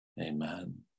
Amen